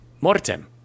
mortem